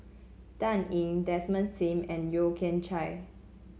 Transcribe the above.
Dan Ying Desmond Sim and Yeo Kian Chai